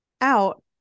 out